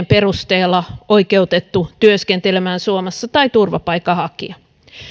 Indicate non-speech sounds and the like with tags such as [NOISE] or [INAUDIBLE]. [UNINTELLIGIBLE] perusteella oikeutettu työskentelemään suomessa tai turvapaikanhakija